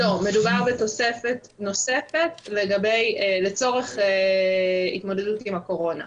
מדובר בתוספת נוספת לצורך התמודדות עם הקורונה.